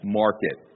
market